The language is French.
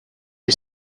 est